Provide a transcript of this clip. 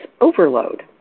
overload